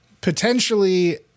potentially